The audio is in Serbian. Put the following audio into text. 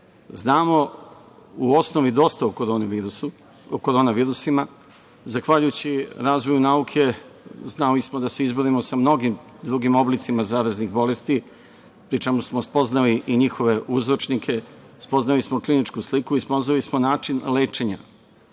znamo u osnovi dosta o korona virusima. Zahvaljujući razvoju nauke znali smo da se izborimo sa mnogim drugim oblicima zaraznih bolesti pri čemu smo spoznali i njihove uzročnike, spoznali smo kliničku sliku i spoznali smo način lečenja.O